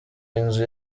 inzu